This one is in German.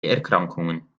erkrankungen